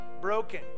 broken